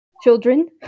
children